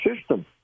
system